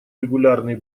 регулярный